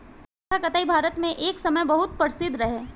चरखा कताई भारत मे एक समय बहुत प्रसिद्ध रहे